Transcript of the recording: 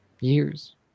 years